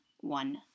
one